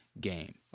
game